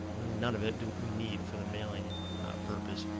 really none of it do we need for the mailing purpose.